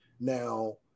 Now